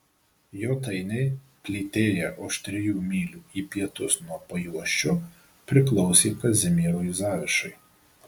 jotainiai plytėję už trijų mylių į pietus nuo pajuosčio priklausė kazimierui zavišai